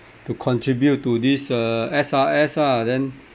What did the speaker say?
to contribute to this uh S_R_S ah then